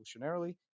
evolutionarily